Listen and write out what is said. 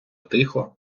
тихо